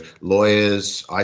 lawyers